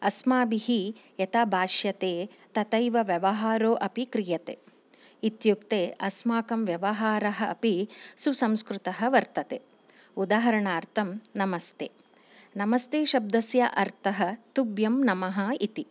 अस्माभिः यथा भाष्यते तथैव व्यवहारो अपि क्रियते इत्युक्ते अस्माकं व्यवहारः अपि सुसंस्कृतः वर्तते उदाहरणार्थं नमस्ते नमस्ते शब्दस्य अर्थः तुभ्यं नमः इति